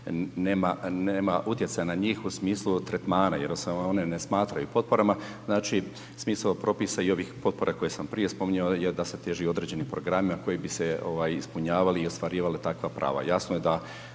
nema utjecaja na njih u smislu tretmana jer se one ne smatraju potporama, znači smisao potpora i ovih potpora koje sam prije spominjao je da se teži određenim programima koji bi se ispunjavali i ostvarivala takva prava. Jasno je da